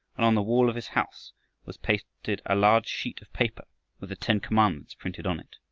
and on the wall of his house was pasted a large sheet of paper with the ten commandments printed on it.